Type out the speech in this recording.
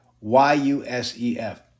Y-U-S-E-F